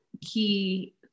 key